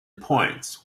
points